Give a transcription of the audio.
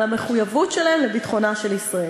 על המחויבות שלהם לביטחונה של ישראל,